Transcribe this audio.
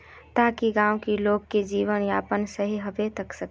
ताकि गाँव की लोग के जीवन यापन सही होबे सके?